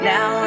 Now